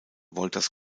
wolters